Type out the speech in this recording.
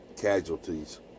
casualties